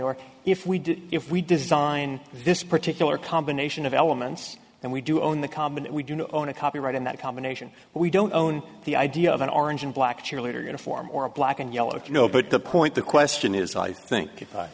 or if we do if we design this particular combination of elements and we do own the common and we do know on a copyright in that combination we don't own the idea of an orange and black cheerleader uniform or a black and yellow if you know but the point the question is i think